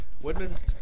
Woodman's